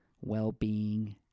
well-being